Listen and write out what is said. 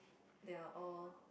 they are all